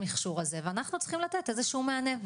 המכשור הזה ואנחנו צריכים לתת איזה שהוא מענה,